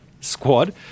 squad